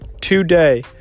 today